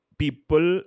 people